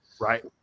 Right